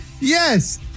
Yes